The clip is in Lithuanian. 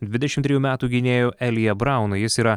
dvidešimt trijų metų gynėju elija braunu jis yra